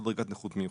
או דרגת נכות מיוחדת.